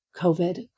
COVID